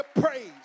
praise